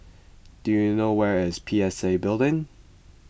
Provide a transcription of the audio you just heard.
do you know where is P S A Building